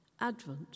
Advent